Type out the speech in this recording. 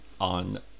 on